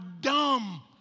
dumb